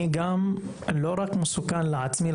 אני לא רק מסוכן לעצמי,